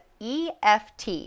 eft